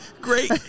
great